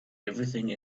everything